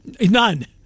None